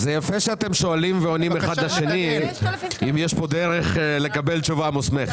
זה שאתם לא עשיתם את זה, וזה שידעתם מהמקרה,